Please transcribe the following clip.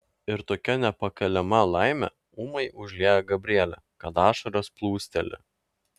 ir tokia nepakeliama laimė ūmai užlieja gabrielę kad ašaros plūsteli